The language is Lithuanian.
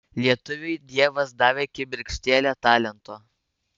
lietuviui dievas davė kibirkštėlę talento